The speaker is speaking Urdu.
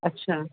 اچھا